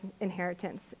inheritance